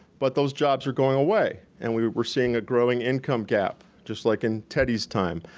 but those jobs are going away. and we're seeing a growing income gap just like in teddy's time,